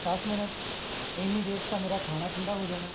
ਦਸ ਮਿੰਟ 'ਚ ਇੰਨੀ ਦੇਰ 'ਚ ਤਾਂ ਮੇਰਾ ਖਾਣਾ ਠੰਡਾ ਹੋ ਜਾਣਾ